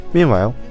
Meanwhile